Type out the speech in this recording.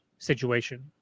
situation